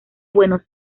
buenos